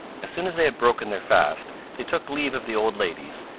as soon as they had broken their fast they took leave of the old ladies,